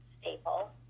staple